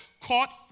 caught